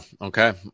okay